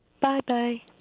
Bye-bye